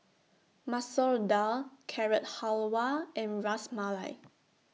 Masoor Dal Carrot Halwa and Ras Malai